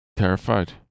Terrified